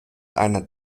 einer